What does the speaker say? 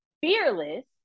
fearless